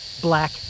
black